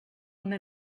una